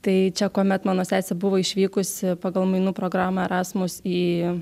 tai čia kuomet mano sesė buvo išvykusi pagal mainų programą erasmus į